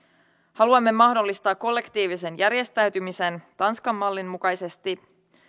haluamme mahdollistaa kollektiivisen järjestäytymisen tanskan mallin mukaisesti